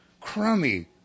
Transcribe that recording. crummy